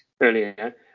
earlier